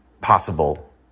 possible